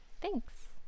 Thanks